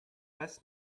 best